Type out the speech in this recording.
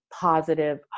positive